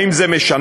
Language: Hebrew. האם זה משנה?